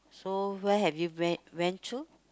so where have you went went to